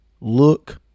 Look